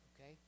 Okay